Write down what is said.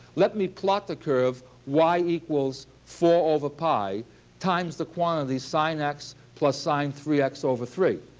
let me plot the curve y equals four over pi times the quantity sine x plus sine three x over three.